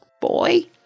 Boy